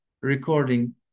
recording